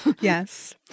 Yes